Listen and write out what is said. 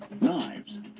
knives